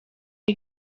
ari